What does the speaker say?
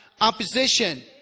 opposition